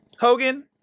Hogan